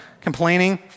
complaining